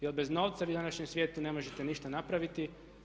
Jer bez novca vi u današnjem svijetu ne možete ništa napraviti.